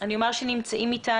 נמצאים כאן